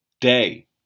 day